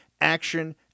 Action